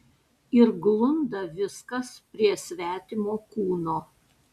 ir glunda viskas prie svetimo kūno